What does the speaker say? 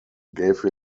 gave